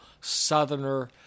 southerner